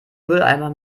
mülleimer